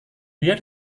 dia